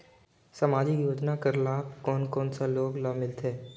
समाजिक योजना कर लाभ कोन कोन सा लोग ला मिलथे?